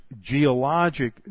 geologic